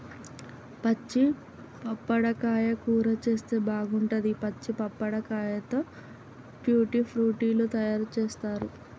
పచ్చి పప్పడకాయ కూర చేస్తే బాగుంటది, పచ్చి పప్పడకాయతో ట్యూటీ ఫ్రూటీ లు తయారు చేస్తారు